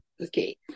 okay